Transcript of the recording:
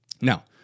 Now